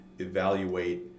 evaluate